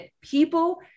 people